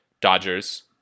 Dodgers